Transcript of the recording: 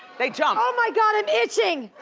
they jump. oh my god, i'm itching,